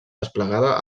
desplegada